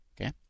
okay